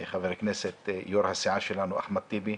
חבר הכנסת, יו"ר הסיעה שלנו, אחמד טיבי,